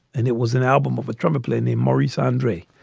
and it was an album of a trumpet player named maurice andre.